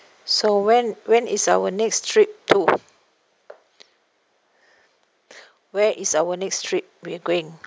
so when when is our next trip to where is our next trip we're going